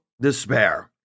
despair